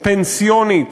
פנסיונית